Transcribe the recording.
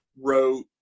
wrote